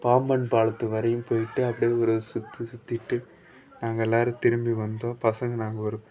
பாம்பன் பாலத்து வரையும் போயிட்டு அப்படியே ஒரு சுற்று சுற்றிட்டு நாங்கள் எல்லோரும் திரும்பி வந்தோம் பசங்கள் நாங்கள் ஒரு